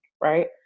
Right